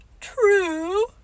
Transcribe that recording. true